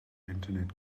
internet